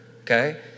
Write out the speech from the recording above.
okay